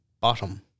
Bottom